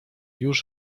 już